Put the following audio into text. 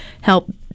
help